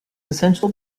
essential